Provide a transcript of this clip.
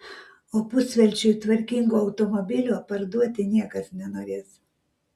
o pusvelčiui tvarkingo automobilio parduoti niekas nenorės